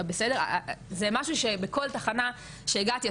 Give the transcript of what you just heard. זה משהו שכמעט בכל תחנה כשהגעתי,